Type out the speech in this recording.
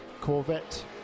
corvette